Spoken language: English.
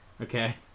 Okay